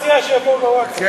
אתמול מכל הסיעה, מעניין?